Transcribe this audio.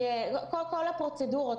כל הפרוצדורות.